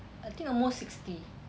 I think almost sixty